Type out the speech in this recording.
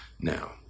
now